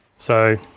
so,